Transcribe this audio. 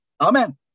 Amen